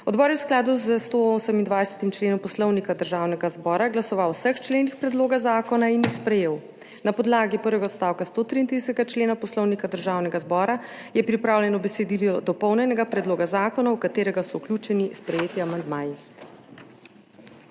Odbor je v skladu s 128. členom Poslovnika Državnega zbora glasoval o vseh členih predloga zakona in jih sprejel. Na podlagi prvega odstavka 133. člena Poslovnika Državnega zbora je pripravljeno besedilo dopolnjenega predloga zakona, v katerega so vključeni sprejeti amandmaji.